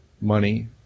money